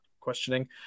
questioning